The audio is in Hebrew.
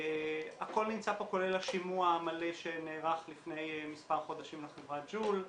הכל נמצא פה כולל השימוע המלא שנערך לפני מספר חודשים לחברת ג'ול.